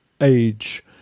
age